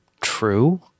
True